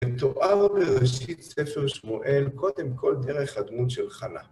הם תוארו לראשית ספר שמואל קודם כל דרך הדמות של חנה.